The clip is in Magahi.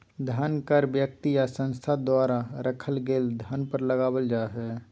धन कर व्यक्ति या संस्था द्वारा रखल गेल धन पर लगावल जा हइ